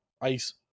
ice